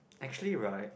actually right